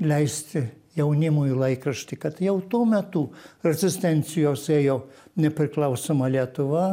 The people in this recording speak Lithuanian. leisti jaunimui laikraštį kad jau tuo metu rezistencijos ėjo nepriklausoma lietuva